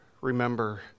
remember